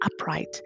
upright